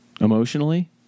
emotionally